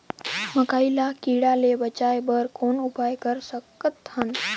मकई ल कीड़ा ले बचाय बर कौन उपाय कर सकत हन?